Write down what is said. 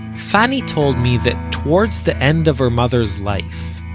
fanny told me that towards the end of her mother's life,